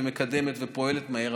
מקדמת ופועלת מהר,